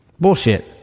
Bullshit